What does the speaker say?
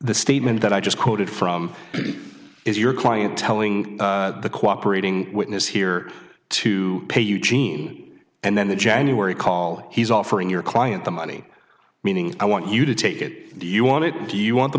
the statement that i just quoted from is your client telling the cooperating witness here to pay eugene and then the january call he's offering your client the money meaning i want you to take it do you want it do you want the